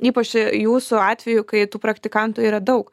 ypač jūsų atveju kai tų praktikantų yra daug